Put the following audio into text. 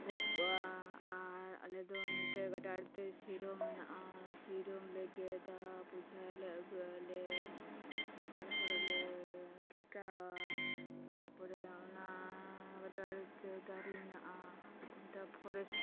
ᱜᱚᱡ ᱠᱚᱣᱟ ᱟᱨ ᱟᱞᱮ ᱫᱚ ᱱᱚᱛᱮ ᱜᱟᱰᱟ ᱟᱲᱮᱛᱮ ᱥᱤᱨᱟᱹᱢ ᱦᱮᱱᱟᱜᱼᱟ ᱥᱤᱨᱟᱹᱢ ᱞᱮ ᱜᱮᱫᱟ ᱵᱚᱡᱷᱟᱭᱟᱞᱮ ᱟᱹᱜᱩᱭᱟᱞᱮ ᱛᱟᱨᱯᱚᱨᱮᱞᱮ ᱴᱷᱮᱠᱟᱣᱟ ᱛᱟᱨᱯᱚᱨᱮ ᱚᱱᱟ ᱜᱟᱰᱟ ᱟᱲᱮᱛᱮ ᱫᱟᱨᱮ ᱦᱮᱱᱟᱜᱼᱟ ᱚᱱᱟ ᱫᱚᱠᱚ ᱢᱮᱛᱟᱜᱼᱟ ᱯᱷᱚᱨᱮᱥᱴ